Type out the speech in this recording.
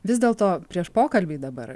vis dėl to prieš pokalbį dabar